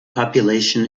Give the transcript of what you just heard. population